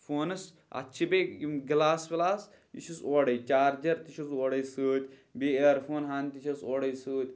فونَس اَتھ چھِ بیٚیہِ یِم گِلاس وِلاس یہِ چھُس اورَے چارجَر تہِ چھُس اورَے سۭتۍ بیٚیہِ اِیَرفون ہَن تہِ چھٮ۪س اورَے سۭتۍ